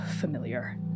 familiar